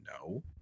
no